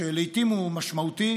שלעיתים הוא משמעותי